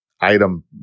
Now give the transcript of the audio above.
item